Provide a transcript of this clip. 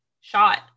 shot